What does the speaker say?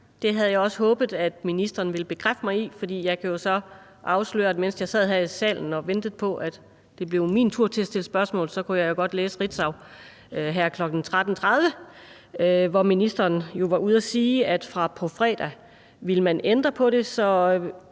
Det havde jeg også håbet at ministeren ville bekræfte mig i, for jeg kan så afsløre, at mens jeg sad her i salen og ventede på, at det blev min tur til at stille spørgsmål, kunne jeg jo godt læse Ritzau her kl. 13.30, hvor ministeren var ude at sige, at fra på fredag vil han ændre på det, så